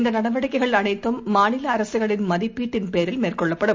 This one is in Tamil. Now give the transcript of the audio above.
இந்தநடவடிக்கைகள் அனைத்தும் மாநிலஅரசுகளின் மதிப்பீட்டின் பேரில் மேற்கொள்ளப்படும்